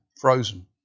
frozen